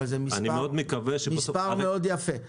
זה מספר יפה מאוד.